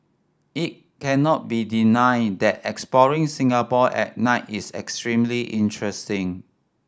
it cannot be denied that exploring Singapore at night is extremely interesting